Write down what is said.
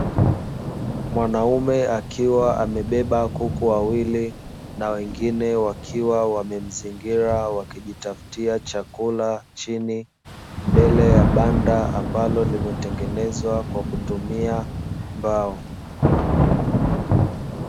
Mwanaume akiwa amebeba kuku wawili, na wengine wakiwa wamemzingira wakijitafutia chakula chini, mbele ya banda ambalo limetengenezwa kwa kutumia mbao.